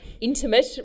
intimate